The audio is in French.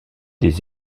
des